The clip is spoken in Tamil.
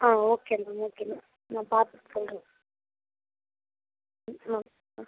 ஆ ஓகே மேம் ஓகே மேம் நான் பார்த்துட்டு சொல்கிறேன் ம் ஆ